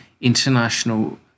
international